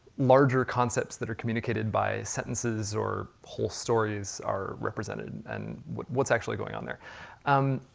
larger concepts that are communicated by sentences or whole stories, are represented and what's actually going on there. um